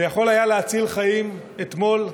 זה יכול היה להציל חיים אתמול.